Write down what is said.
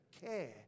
care